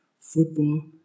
football